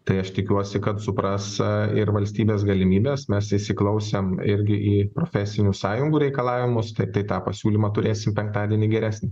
tai aš tikiuosi kad supras ir valstybės galimybes mes įsiklausėm irgi į profesinių sąjungų reikalavimus tai tai tą pasiūlymą turėsim penktadienį geresnį